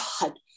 God